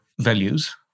values